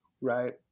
Right